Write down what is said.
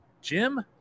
Jim